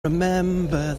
remember